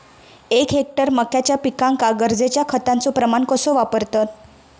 एक हेक्टर मक्याच्या पिकांका गरजेच्या खतांचो प्रमाण कसो वापरतत?